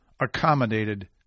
accommodated